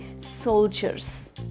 soldiers